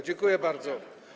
Dziękuję bardzo.